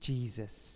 Jesus